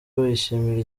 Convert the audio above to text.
bishimira